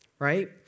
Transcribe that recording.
right